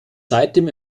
seitdem